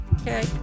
Okay